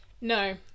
No